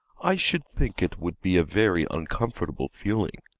i should think it would be a very uncomfortable feeling.